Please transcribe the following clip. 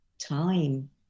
time